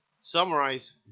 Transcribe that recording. summarize